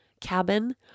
cabin